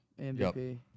MVP